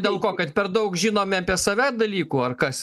dėl ko kad per daug žinome apie save dalykų ar kas